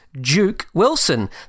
Duke-Wilson